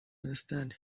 understand